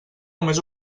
només